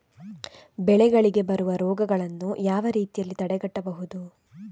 ಬೆಳೆಗಳಿಗೆ ಬರುವ ರೋಗಗಳನ್ನು ಯಾವ ರೀತಿಯಲ್ಲಿ ತಡೆಗಟ್ಟಬಹುದು?